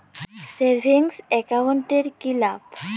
Savings account এর কি লাভ?